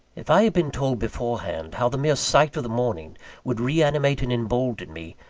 if i had been told beforehand how the mere sight of the morning would reanimate and embolden me,